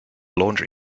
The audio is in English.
laundry